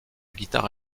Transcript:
guitare